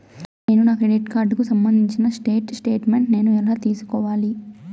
నేను నా క్రెడిట్ కార్డుకు సంబంధించిన స్టేట్ స్టేట్మెంట్ నేను ఎలా తీసుకోవాలి?